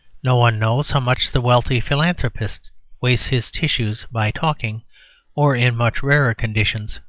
no one knows how much the wealthy philanthropist wastes his tissues by talking or, in much rarer conditions,